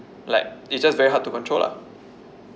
like it's just very hard to control lah